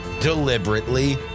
deliberately